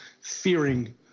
fearing